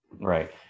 right